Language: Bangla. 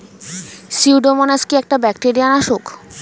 সিউডোমোনাস কি একটা ব্যাকটেরিয়া নাশক?